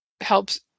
helps